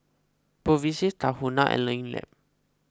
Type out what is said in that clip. Bevy C Tahuna and Learning Lab